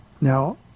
Now